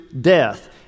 death